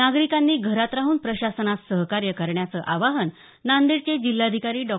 नागरिकांनी घरात राहून प्रशासनास सहकार्य करण्याचे आवाहन नांदेडचे जिल्हाधिकारी डॉ